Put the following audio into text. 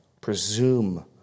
presume